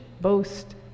boast